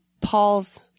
paul's